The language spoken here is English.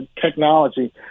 technology